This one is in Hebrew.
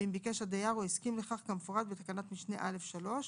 ואם ביקש הדייר או הסכים לכך כמפורט בתקנת משנה (א)(3),